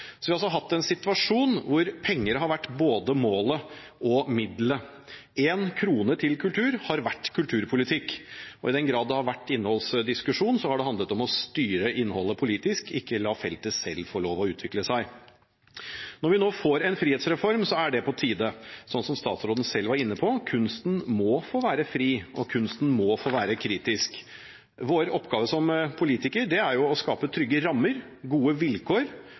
Vi har altså hatt en situasjon hvor penger har vært både målet og middelet. En krone til kultur har vært kulturpolitikk, og i den grad det har vært innholdsdiskusjon, har det handlet om å styre innholdet politisk, ikke la feltet selv få lov å utvikle seg. Når vi nå får en frihetsreform, er det på tide. Som statsråden selv var inne på: Kunsten må få være fri og kunsten må få være kritisk. Vår oppgave som politikere er å skape trygge rammer, gode vilkår